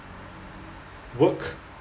work